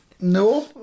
No